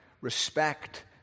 respect